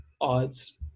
odds